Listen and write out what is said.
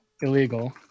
illegal